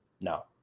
No